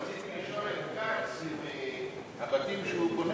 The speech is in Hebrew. רציתי לשאול את כץ אם הבתים שהוא בונה